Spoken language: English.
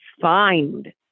find